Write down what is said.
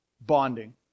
Bonding